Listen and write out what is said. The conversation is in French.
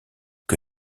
que